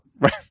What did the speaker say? Right